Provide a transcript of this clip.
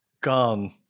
gone